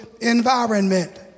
environment